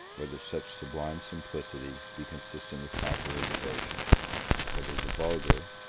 whether such sublime simplicity be consistent with popular devotion whether the vulgar,